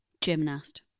Gymnast